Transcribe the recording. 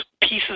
pieces